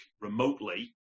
remotely